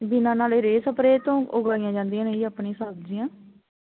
ਬਿਨਾਂ ਨਾਲੇ ਰੇਹ ਸਪਰੇਅ ਤੋਂ ਉਗਾਈਆਂ ਜਾਂਦੀਆਂ ਨੇ ਜੀ ਆਪਣੇ ਸਬਜ਼ੀਆਂ